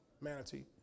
Manatee